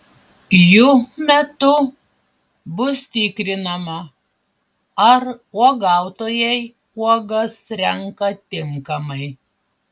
jų metų bus tikrinama ar uogautojai uogas renka tinkamai